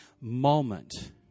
moment